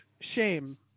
shame